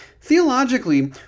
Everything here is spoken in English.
Theologically